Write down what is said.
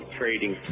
trading